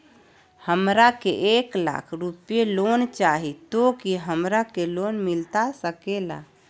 हमरा के एक लाख रुपए लोन चाही तो की हमरा के लोन मिलता सकेला?